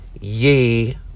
ye